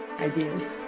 ideas